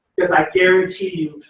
because i guarantee you,